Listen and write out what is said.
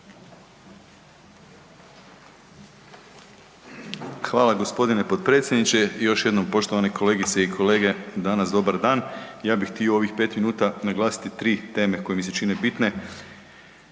Hvala gospodine potpredsjedniče. Još jednom poštovane kolegice i kolege danas dobar dan. Ja bih htio u ovih pet minuta naglasiti tri teme koje mi se čine bitne.